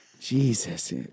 Jesus